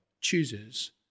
chooses